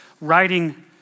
writing